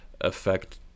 affect